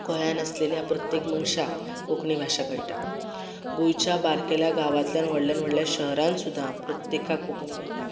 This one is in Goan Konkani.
गोंयान आसलेल्या प्रत्येक मनश्याक कोंकणी भाशा कळटा गोंयच्या बारकेल्या गांवातल्यान व्हडल्यान व्हडल्या शहरान सुद्दां प्रत्येकाक कोंकणी कळटा